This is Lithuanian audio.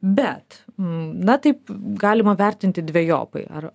bet na taip galima vertinti dvejopai ar